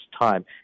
time